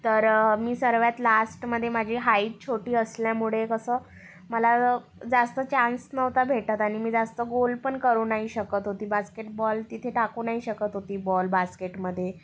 तर मी सर्वात लास्टमध्ये माझी हाईट छोटी असल्यामुळे कसं मला जास्त चान्स नव्हता भेटत आणि मी जास्त गोल पण करू नाही शकत होती बास्केटबॉल तिथे टाकू नाही शकत होती बॉल बास्केटमध्ये